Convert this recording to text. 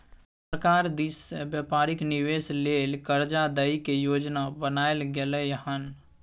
सरकार दिश से व्यापारिक निवेश लेल कर्जा दइ के योजना बनाएल गेलइ हन